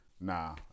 nah